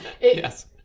yes